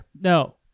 No